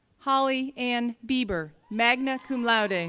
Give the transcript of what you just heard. holly ann bieber, magna cum laude, and